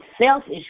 selfish